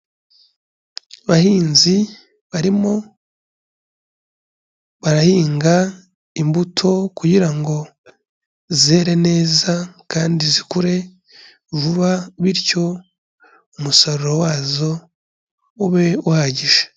Abahinzi barimo barahinga imbuto kugira ngo zere neza kandi zikure vuba, bityo umusaruro wazo ube uhagije.